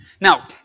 Now